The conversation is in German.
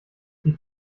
die